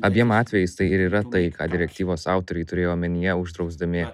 abiem atvejais tai ir yra tai ką direktyvos autoriai turėjo omenyje uždrausdami